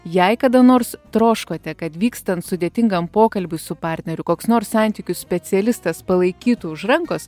jei kada nors troškote kad vykstant sudėtingam pokalbiui su partneriu koks nors santykių specialistas palaikytų už rankos